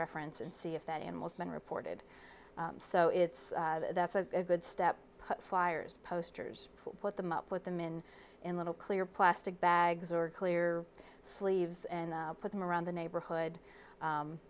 reference and see if that animal's been reported so it's that's a good step flyers posters put them up with them in in little clear plastic bags or clear sleeves and put them around the neighborhood